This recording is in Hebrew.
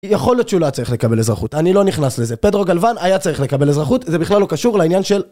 יכול להיות שהוא לא היה צריך לקבל אזרחות, אני לא נכנס לזה, פדרוג הלבן היה צריך לקבל אזרחות, זה בכלל לא קשור לעניין של...